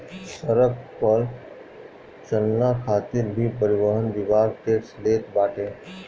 सड़क पअ चलला खातिर भी परिवहन विभाग टेक्स लेट बाटे